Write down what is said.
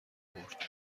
برد